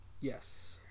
Yes